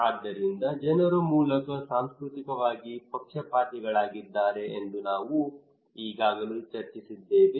ಆದ್ದರಿಂದ ಜನರು ಮೂಲತಃ ಸಾಂಸ್ಕೃತಿಕವಾಗಿ ಪಕ್ಷಪಾತಿಗಳಾಗಿದ್ದಾರೆ ಎಂದು ನಾವು ಈಗಾಗಲೇ ಚರ್ಚಿಸಿದ್ದೇವೆ